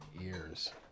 ears